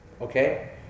okay